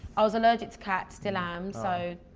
i was allergic to cats, still am. so